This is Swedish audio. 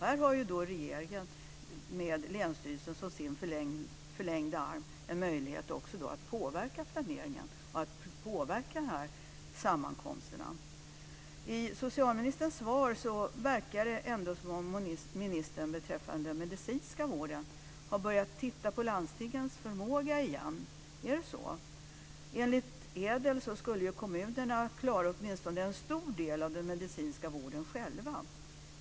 Här har regeringen, med länsstyrelsen som sin förlängda arm, en möjlighet att påverka planeringen och att påverka dessa sammankomster. I socialministerns svar verkar det ändå som om ministern beträffande den medicinska vården har börjat titta på landstingens förmåga igen. Är det så? Enligt ädel skulle kommunerna klara åtminstone en stor del av den medicinska vården själva.